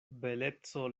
beleco